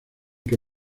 que